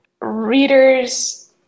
readers